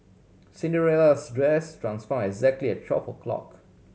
Cinderella's dress transform exactly at twelve o'clock